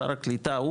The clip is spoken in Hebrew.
שר הקליטה,